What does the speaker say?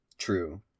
True